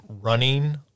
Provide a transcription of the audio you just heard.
running